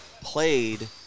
played